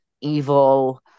evil